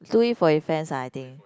do it for events ah I think